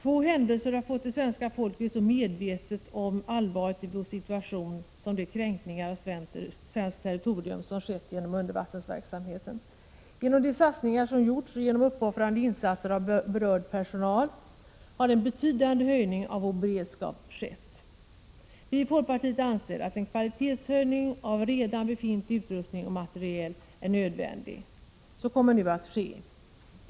Få händelser har gjort det svenska folket så medvetet om allvaret i dess situation som de kränkningar av svenskt territorium som skett genom undervattensverksamheten. Genom de satsningar som gjorts och genom uppoffrande insatser av berörd personal har en betydande höjning av vår beredskap skett. Vi i folkpartiet anser att en kvalitetshöjning av redan befintlig utrustning och materiel är nödvändig. Så kommer nu att ske.